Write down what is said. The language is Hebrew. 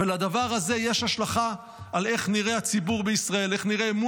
ולדבר הזה יש השלכה על איך נראה הציבור בישראל,